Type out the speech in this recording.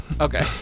Okay